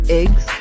eggs